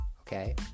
okay